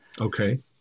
Okay